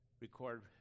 record